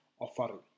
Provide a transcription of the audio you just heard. offering